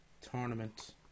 tournament